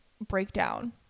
breakdown